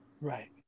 Right